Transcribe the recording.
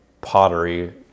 pottery